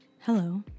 Hello